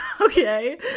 Okay